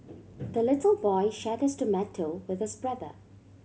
the little boy shared his tomato with his brother